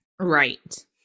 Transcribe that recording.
Right